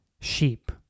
sheep